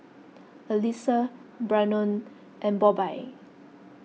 Aliza Brannon and Bobbye